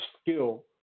skill